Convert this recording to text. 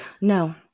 No